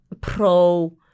pro